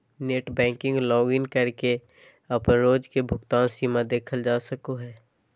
net banking login करके अपन रोज के भुगतान सीमा देखल जा सको हय